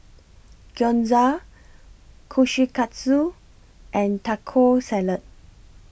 Gyoza Kushikatsu and Taco Salad